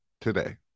today